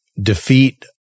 defeat